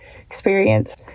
experience